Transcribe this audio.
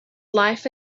life